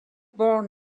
born